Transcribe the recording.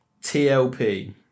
TLP